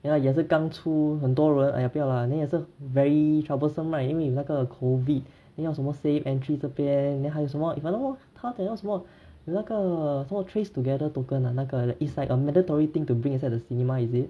ya lah 也是刚出很多人 !aiya! 不要啦 then 也是 very troublesome right 因为有那个 COVID then 要什么 safe entry 这边 then 还有什么 if I'm not wrong 他讲要什么有那个什么 trace together token ah 那个 is like a mandatory thing to bring inside the cinema is it